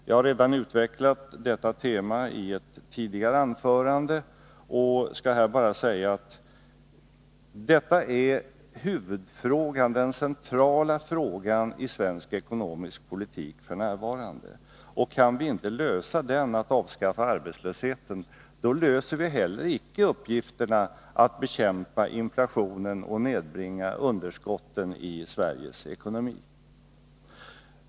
Jag har redan utvecklat detta tema i ett tidigare anförande och skall här bara säga att detta är huvudfrågan, den centrala frågan i svensk ekonomisk politik f. n. Kan vi inte lösa den och avskaffa arbetslösheten, löser vi heller icke uppgifterna att bekämpa inflationen och nedbringa underskottet i Sveriges ekonomi.